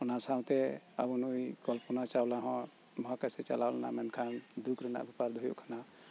ᱚᱱᱟ ᱥᱟᱶᱛᱮ ᱟᱵᱚ ᱱᱩᱭ ᱠᱚᱞᱯᱚᱱᱟ ᱪᱟᱣᱞᱟ ᱦᱚᱸ ᱢᱚᱦᱟᱠᱟᱥᱮ ᱪᱟᱞᱟᱣ ᱞᱮᱱᱟ ᱢᱮᱱᱠᱷᱟᱱ ᱫᱩᱠ ᱨᱮᱱᱟᱜ ᱵᱮᱯᱟᱨ ᱫᱚ ᱦᱩᱭᱩᱜ ᱠᱟᱱᱟ